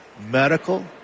medical